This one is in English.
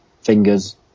Fingers